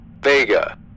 Vega